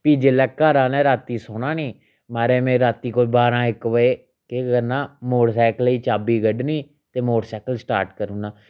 फ्ही जेल्लै घरा आह्ले राती सोना नी महाराज में राती कोई बारां इक बजे केह् करना मोटरसाइकलै दी चाबी कड्ढनी ते मोटरसाइकल स्टार्ट करुना